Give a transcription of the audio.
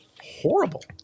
horrible